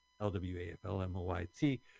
L-W-A-F-L-M-O-Y-T